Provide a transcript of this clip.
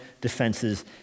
defenses